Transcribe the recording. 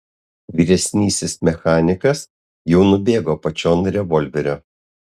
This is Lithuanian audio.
vyresnysis mechanikas jau nubėgo apačion revolverio